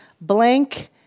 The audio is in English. Blank